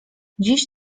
dziś